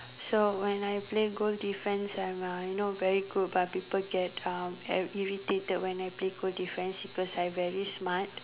so when I play goal defence I am uh you know very good but people get uh irr~ irritated when I play goal defence because I very smart